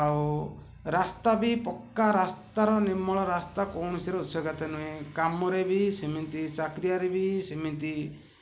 ଆଉ ରାସ୍ତା ବି ପକ୍କା ରାସ୍ତାର ନିର୍ମାଣ ରାସ୍ତା କୌଣସି ନୁହେଁ କାମରେ ବି ସେମିତି ଚାକିରିଆରେ ବି ସେମିତି